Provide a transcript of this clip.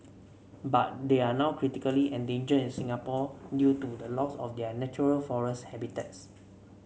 but they are now critically endangered in Singapore due to the loss of their natural forest habitats